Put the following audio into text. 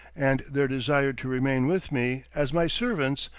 and their desire to remain with me, as my servants,